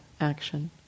action